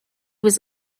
was